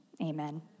amen